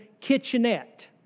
kitchenette